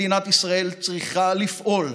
מדינת ישראל צריכה לפעול,